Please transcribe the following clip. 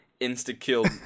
insta-killed